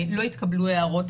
לא התקבלו הערות.